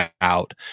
out